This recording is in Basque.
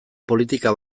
politika